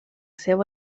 seu